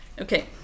Okay